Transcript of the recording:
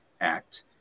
Act